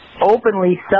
openly